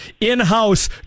in-house